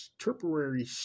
temporary